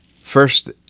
First